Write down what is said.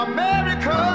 America